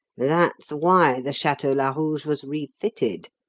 that's why the chateau larouge was refitted,